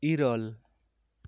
ᱤᱨᱟᱹᱞ